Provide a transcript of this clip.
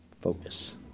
Focus